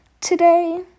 today